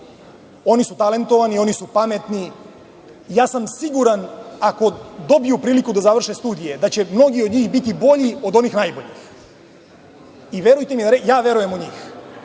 oni su talentovani, oni su pametni. Ja sam siguran, ako dobiju priliku da završe studije, da će mnogi od njih biti bolji od onih najboljih Verujem u njih. Ja verujem u njih